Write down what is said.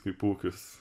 kaip ūkis